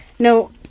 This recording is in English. No